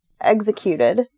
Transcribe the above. executed